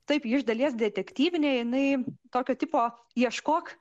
taip ji iš dalies detektyvinė jinai tokio tipo ieškok